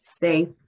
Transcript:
safe